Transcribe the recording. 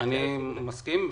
אני מסכים.